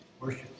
worship